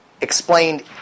explained